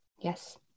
Yes